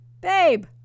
babe